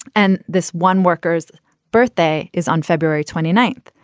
and this one worker's birthday is on february twenty ninth.